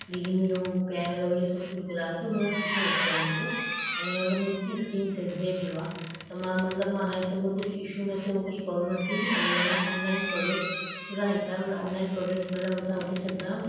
क्रीमियूं fair and lovely सब कुछ घुरायो त उओ जाम सुठो निकितो हुओ मुंहिंजो हाणे मतिलबु मुंहिंजी स्किन सेंसिटिव आहे त मां मतिलबु मां हाणे त कुझु इशू न थियो कुझु प्रॉब्लम न थी हुई अने इन ऑनलाइन प्रोडक्ट सुठा निकिता मतिलबु ऑनलाइन प्रोडक्ट मतिलबु असां वठी सघंदा आहियूं